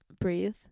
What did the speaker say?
breathe